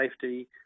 safety